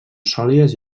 sòlides